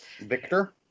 Victor